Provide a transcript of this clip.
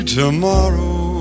tomorrow